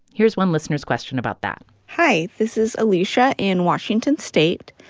here's one listener's question about that hi. this is alicia in washington state.